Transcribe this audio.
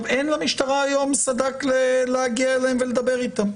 היום אין למשטרה סד"כ להגיע אליהם ולדבר אתם,